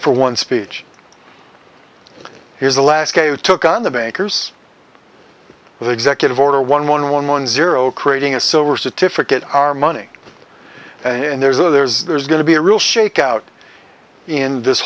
for one speech here's the last guy who took on the bankers with executive order one one one one zero creating a silver certificates are money and there's there's going to be a real shakeout in this